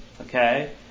Okay